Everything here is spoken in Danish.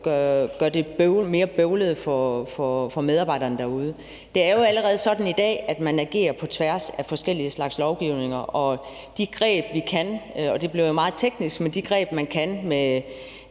gør det mere bøvlet for medarbejderne derude. Det er jo allerede sådan i dag, at man agerer på tværs af forskellige slags lovgivninger, og de greb, vi kan bruge – og det bliver jo meget teknisk – med bemærkninger og med